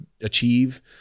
achieve